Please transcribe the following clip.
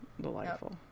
Delightful